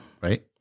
Right